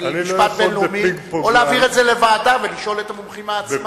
משפט בין-לאומי או להעביר את זה לוועדה ולשאול את המומחים עצמם.